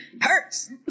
hurts